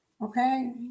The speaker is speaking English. Okay